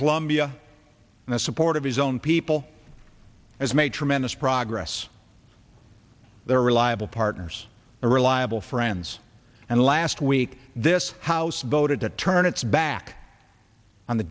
colombia and the support of his own people as made tremendous progress they're reliable partners are reliable friends and last week this house voted to turn its back on the